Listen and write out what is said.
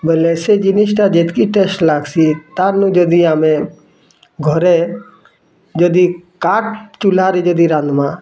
ବୋଲେ ସେ ଜିନିଷ୍ଟା ଯେତିକି ଟେଷ୍ଟ୍ ଲାଗ୍ସି ତା'ର୍ନୁ ଯଦି ଆମେ ଘରେ ଯଦି କାଠ୍ ଚୂଲାରେ ଯଦି ରାନ୍ଧ୍ମା